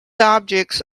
objects